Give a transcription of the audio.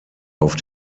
auf